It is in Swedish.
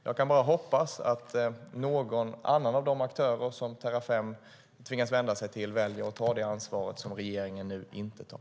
Jag kan bara hoppas att någon annan av de aktörer som Terrafem tvingas vända sig till väljer att ta det ansvar som regeringen nu inte tar.